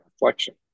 reflection